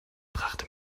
brachte